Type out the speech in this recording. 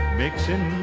mixing